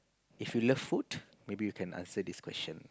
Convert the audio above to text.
if you love food maybe you can answer this question